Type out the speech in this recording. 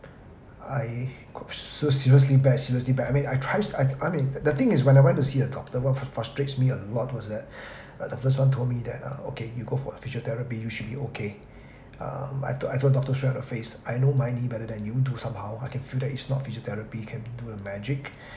I co~ so seriously bad seriously bad I mean I tries I've I mean the thing is when I went to see a doctor what frustrates me a lot was that uh the first one told me that okay you go for physiotherapy you should be okay um I told I told doctor straight in her face I know my knee better than you do somehow I can feel that is not physiotherapy can do the magic